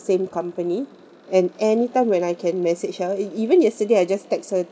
same company and anytime when I can message her e~ even yesterday I just text her